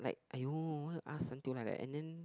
!aiyo! why you ask until like that and then